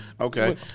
Okay